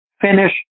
finish